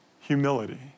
humility